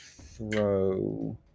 throw